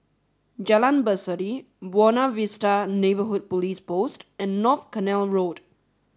Jalan Berseri Buona Vista Neighbourhood Police Post and North Canal Road